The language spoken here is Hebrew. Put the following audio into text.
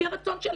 לפי הרצון שלהם.